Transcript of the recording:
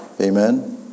Amen